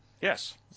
Yes